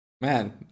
Man